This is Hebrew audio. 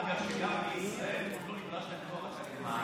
אגב, גם בישראל, לא נדרש להם תואר אקדמי.